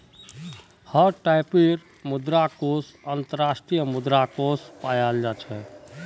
हर टाइपेर मुद्रा कोष अन्तर्राष्ट्रीय मुद्रा कोष पायाल जा छेक